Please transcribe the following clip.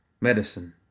medicine